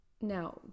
now